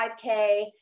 5K